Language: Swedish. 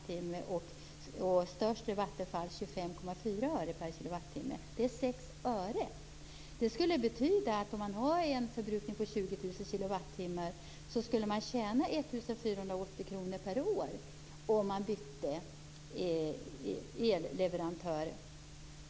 Högst pris har Vattenfall med 25,4 öre per kWh. Det är 6 öres skillnad. Det skulle betyda att om man har en förbrukning på 20 000 kWh skulle man tjäna 1 480 kr per år om man bytte elleverantör.